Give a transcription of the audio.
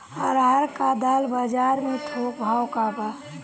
अरहर क दाल बजार में थोक भाव का बा?